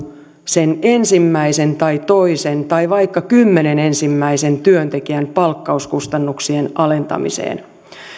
sen ensimmäisen tai toisen tai vaikka kymmenen ensimmäisen työntekijän palkkauskustannuksien alentamiseen